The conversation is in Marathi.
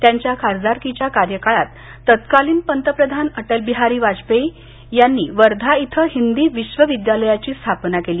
त्यांच्या खासदारकीच्या कार्यकाळात तत्कालीन पंतप्रधान अटलबिहारी वाजपेयी यांनी वर्धा इथं हिंदी विश्वविद्यालयाची स्थापना केली